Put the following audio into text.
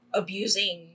abusing